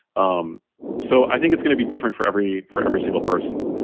um so i think it's going to be different for every for every single person.